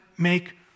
Make